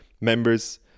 members